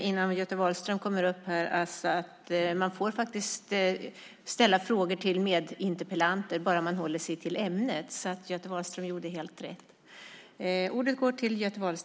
Innan Göte Wahlström kommer upp kan jag passa på och säga att man faktiskt får ställa frågor till medinterpellanter bara man håller sig till ämnet. Göte Wahlström gjorde alltså helt rätt.